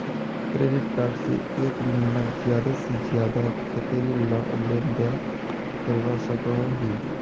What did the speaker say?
Credit card से एक महीनात ज्यादा से ज्यादा कतेरी लेन देन करवा सकोहो ही?